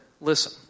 listen